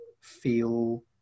feel